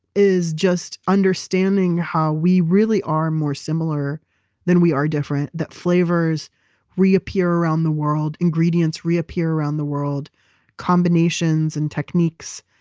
is just understanding how we really are more similar than we are different that flavors reappear around the world. ingredients reappear around the world combinations and techniques.